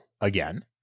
again